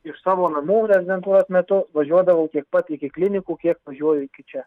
iš savo namų rezidentūros metu važiuodavau tiek pat iki klinikų kiek važiuoju iki čia